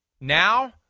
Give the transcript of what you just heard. Now